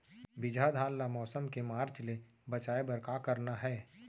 बिजहा धान ला मौसम के मार्च ले बचाए बर का करना है?